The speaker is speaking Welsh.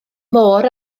môr